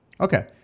Okay